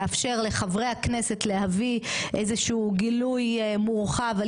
לאפשר לחברי הכנסת להביא איזשהו גילוי מורחב על